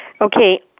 Okay